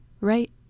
right